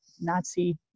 nazi